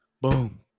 boom